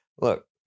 look